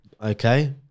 okay